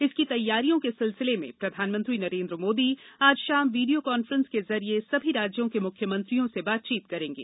इसकी तैयारियों के सिलसिले में प्रधानमंत्री नरेन्द्र मोदी आज शाम वीडियो कांफ्रेंस के जरिये सभी राज्यों के मुख्य मंत्रियों से बातचीत करेंगे